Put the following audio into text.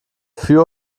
für